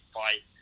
fight